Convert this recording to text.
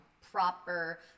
proper